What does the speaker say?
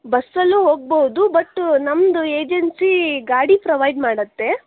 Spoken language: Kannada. ಬಸ್ಸಲ್ಲೂ ಹೋಗಬಹುದು ಬಟ್ ನಮ್ಮದು ಏಜೆನ್ಸಿ ಗಾಡಿ ಪ್ರೋವೈಡ್ ಮಾಡತ್ತೆ